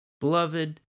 Beloved